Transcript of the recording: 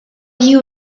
you